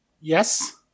Yes